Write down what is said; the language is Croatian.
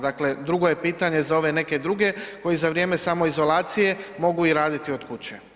Dakle, drugo je pitanje za ove neke druge koji za vrijeme samoizolacije mogu i raditi od kuće.